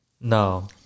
No